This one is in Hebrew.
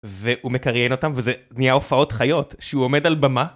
והוא מקריין אותם וזה נהיה הופעות חיות שהוא עומד על במה